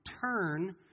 turn